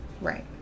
Right